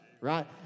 right